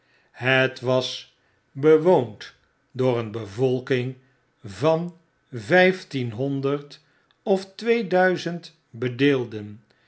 het was bewoond door een bevolking van vyftienhonderd of twee duizend bedeelden